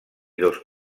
dos